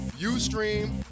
Ustream